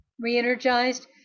Re-energized